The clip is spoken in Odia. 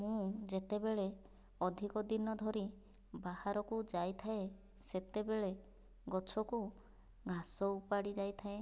ମୁଁ ଯେତେବେଳେ ଅଧିକ ଦିନ ଧରି ବାହାରକୁ ଯାଇଥାଏ ସେତେବେଳେ ଗଛକୁ ଘାସ ଉପାଡ଼ି ଯାଇଥାଏ